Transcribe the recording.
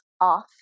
off